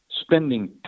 spending